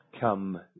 come